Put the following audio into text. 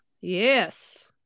Yes